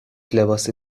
لباسی